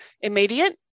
immediate